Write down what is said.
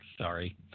Sorry